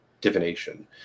divination